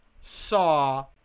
saw